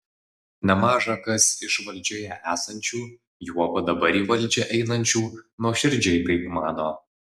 nemaža kas iš valdžioje esančių juoba dabar į valdžią einančių nuoširdžiai taip mano